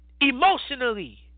Emotionally